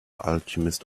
alchemist